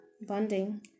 Bonding